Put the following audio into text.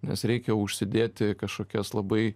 nes reikia užsidėti kažkokias labai